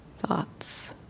thoughts